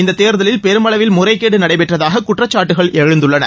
இந்த தேர்தலில் பெருமளவில் முறைகேடு நடைபெற்றதாக குற்றச்சாட்டுகள் எழுந்துள்ளன